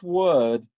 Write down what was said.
word